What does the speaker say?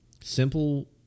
Simple